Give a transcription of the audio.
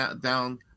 down